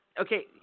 Okay